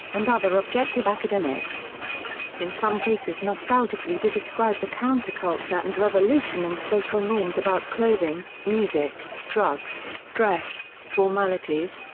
and other objective academics in some cases nostalgically to describe the counterculture and revolution in social norms about clothing, music, drugs, dress, formalities,